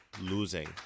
losing